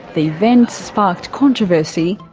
the event sparked controversy,